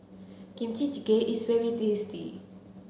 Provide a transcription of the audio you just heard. Kimchi Jjigae is very tasty